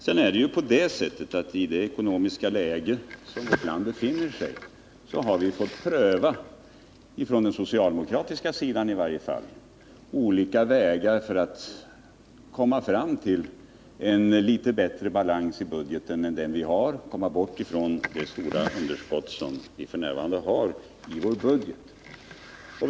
Sedan är det ju på det sättet att i det ekonomiska läge som vårt land befinner sig i har vi fått pröva — från den socialdemokratiska sidan i varje fall — olika vägar för att komma fram till en litet bättre balans i budgeten än den vi har, försöka komma bort från det stora underskott som vi f.n. har i statsbudgeten.